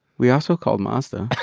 we also called mazda